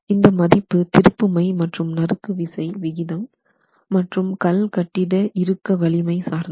இந்தமதிப்பு திருப்புமை மற்றும் நறுக்கு விசை விகிதம் மற்றும் கல்கட்டிட இறுக்க வலிமை சார்ந்தது